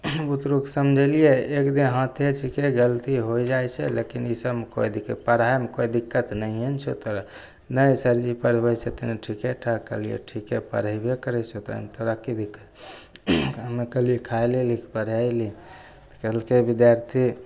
बुतरूके समझेलिए एकदिन हाथे छिकै गलती होइ जाइ छै लेकिन ईसबमे कोइ दिक्कत पढ़ाइमे कोइ दिक्कत नहिए ने छौ तोरा नहि सरजी पढ़बै छथिन ठीके ठाक कहलिए ठिके पढ़ेबे करै छौ ने तऽ तोरा कि दिक्कत हमे कहलिए खाइले अएलही कि पढ़ै अएलही तऽ कहलकै विद्यार्थी